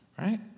right